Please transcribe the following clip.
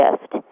shift